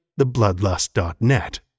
thebloodlust.net